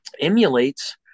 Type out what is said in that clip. emulates